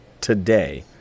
today